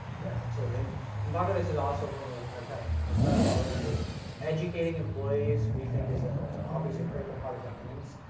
yeah, absolutely and and part of this is also from a kinda kind of lessons learned is educating employees we think is a obviously a critical part of governance.